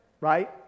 Right